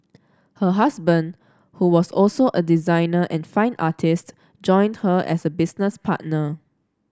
her husband who was also a designer and fine artist joined her as a business partner